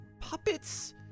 puppets